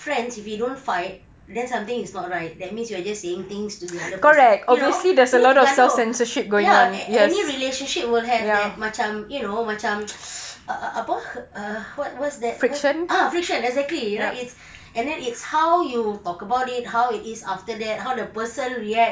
friends if you don't fight then something is not right that means you're just saying things to the other person you know you need to gaduh ya and any relationship will have that macam you know macam ah ah apa err what what's that word ah friction exactly right and then it's how you talk about how it is after that how that person react